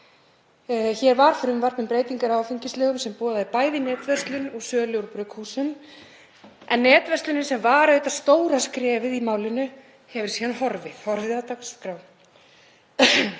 Hér var frumvarp um breytingar á áfengislögum sem boðaði bæði netverslun og sölu úr brugghúsum en netverslunin, sem var auðvitað stóra skrefið í málinu, hefur síðan horfið af dagskrá.